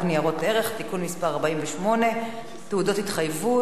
ניירות ערך (תיקון מס' 48) (תעודות התחייבות),